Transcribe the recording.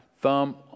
Thumb